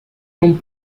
tombe